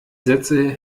sätze